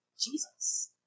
Jesus